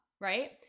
Right